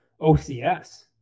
OCS